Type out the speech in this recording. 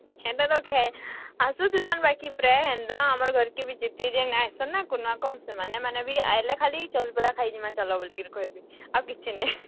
ହେନ୍ତା ତ ଆସୁଥିସନ୍ ବାକି ପ୍ରାଏ ହେନ୍ତା ଆମର୍ ଘର୍କେ ବି ଯେତେ ଯେନ୍ ଆଏସନ୍ ନା କୁନିଆ କନ୍ ସେମାନେ ମାନେ ବି ଆଏଲେ ଖାଲି ଚଉଲ୍ ବରା ଖାଇଯିମା ଚାଲ ବୋଲିକିରି କହିସି ଆଉ କିଛି ନେଇଁ